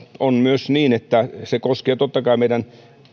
on myös niin että se koskee totta kai meidän